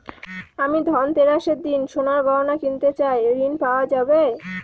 আমি ধনতেরাসের দিন সোনার গয়না কিনতে চাই ঝণ পাওয়া যাবে?